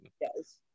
Yes